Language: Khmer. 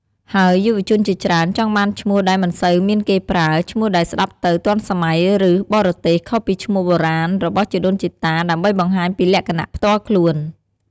ហើយយុវជនជាច្រើនចង់បានឈ្មោះដែលមិនសូវមានគេប្រើ ឈ្មោះដែលស្តាប់ទៅ ទាន់សម័យ ឬ បរទេស ខុសពីឈ្មោះបុរាណរបស់ជីដូនជីតា ដើម្បីបង្ហាញពីលក្ខណៈផ្ទាល់ខ្លួន។